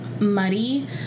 muddy